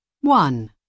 One